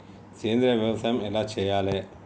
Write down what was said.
సేంద్రీయ వ్యవసాయం ఎలా చెయ్యాలే?